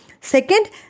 Second